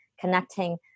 Connecting